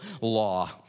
law